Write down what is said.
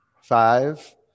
Five